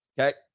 okay